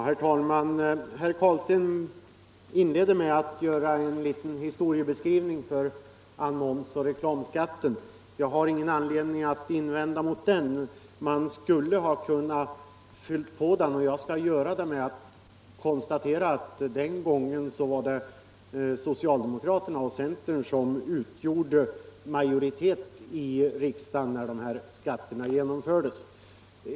Herr talman! Herr Carlstein inledde sitt anförande med en liten historieskrivning över annonsoch reklamskatten. Jag har ingen anledning att invända mot den, men jag kan fylla på den med att konstatera att det var socialdemokraterna och centern som utgjorde majoriteten i riksdagen när denna skatt infördes.